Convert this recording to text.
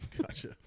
Gotcha